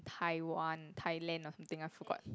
Taiwan Thailand or something I forgot